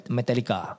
Metallica